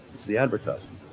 it's the advertising